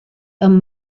amb